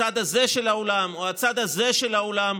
הצד הזה של האולם או הצד הזה של האולם.